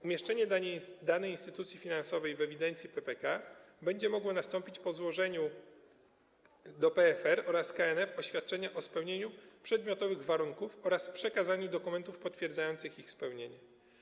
Umieszczenie danej instytucji finansowej w ewidencji PPK będzie mogło nastąpić po złożeniu do PFR oraz KNF oświadczenia o spełnieniu przedmiotowych warunków oraz przekazaniu dokumentów potwierdzających ich spełnienie.